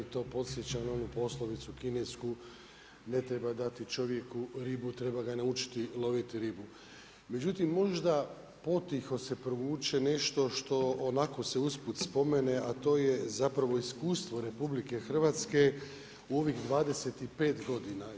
To podsjeća na onu poslovicu kinesku „Ne treba dati čovjeku ribu, treba ga naučiti loviti ribu.“ Međutim, možda potiho se provuče nešto što onako se usput spomene, a to je zapravo iskustvo RH u ovih 25 godina.